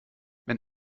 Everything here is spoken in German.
wenn